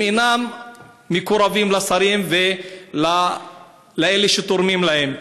אם הם אינם מקורבים לשרים ולאלה שתורמים להם?